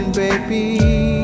baby